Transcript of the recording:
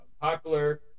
popular